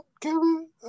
Kevin